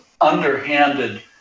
underhanded